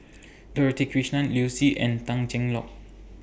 Dorothy Krishnan Liu Si and Tan Cheng Lock